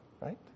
right